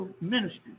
ministry